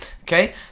okay